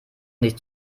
nicht